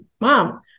mom